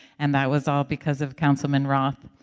and that was all because of councilman roth,